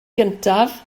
gyntaf